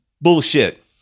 Bullshit